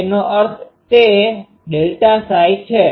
તેનો અર્થ તે ΔΨ છે